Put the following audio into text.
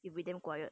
it be damn quiet